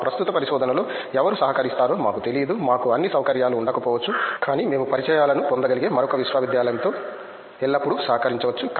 మా ప్రస్తుత పరిశోధనలో ఎవరు సహకరిస్తారో మాకు తెలియదు మాకు అన్ని సౌకర్యాలు ఉండకపోవచ్చు కానీ మేము పరిచయాలను పొందగలిగే మరొక విశ్వవిద్యాలయంతో ఎల్లప్పుడూ సహకరించవచ్చు